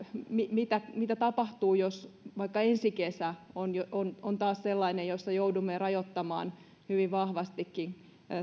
mitä tapahtuu jos vaikka ensi kesä on on taas sellainen jossa joudumme rajoittamaan hyvin vahvastikin